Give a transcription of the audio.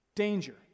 danger